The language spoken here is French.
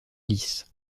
lisses